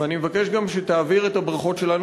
ואני גם מבקש שתעביר את הברכות שלנו,